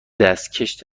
دستکش